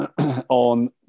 On